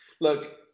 look